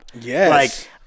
Yes